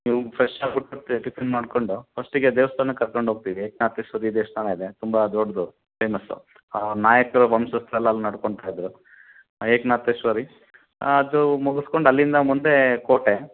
ನೀವು ಫ್ರೆಶ್ ಆಗ್ಬಿಟ್ಟ್ ಮತ್ತು ಟಿಫಿನ್ ಮಾಡ್ಕೊಂಡು ಫಸ್ಟಿಗೆ ದೇವಸ್ಥಾನಕ್ಕ್ ಕರ್ಕಂಡು ಹೋಗ್ತಿವಿ ಏಕನಾಥೇಶ್ವರಿ ದೇವಸ್ಥಾನ ಇದೆ ತುಂಬಾ ದೊಡ್ಡದು ಫೇಮಸ್ಸು ನಾಯಕರ ವಂಶಸ್ಥರು ಎಲ್ಲ ಅಲ್ಲಿ ನಡ್ಕೊಳ್ತಾ ಇದ್ದರು ಏಕನಾಥೇಶ್ವರಿ ಅದು ಮುಗಸ್ಕೊಂಡು ಅಲ್ಲಿಂದ ಮುಂದೇ ಕೋಟೆ